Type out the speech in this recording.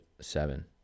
seven